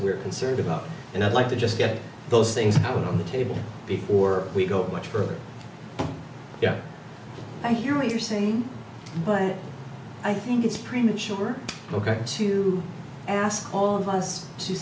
we're concerned about and i'd like to just get those things out on the table before we go much further yeah i hear you're saying but i think it's premature ok to ask all of us